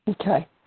Okay